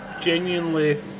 genuinely